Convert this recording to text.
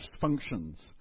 functions